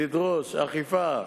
לדרוש אכיפה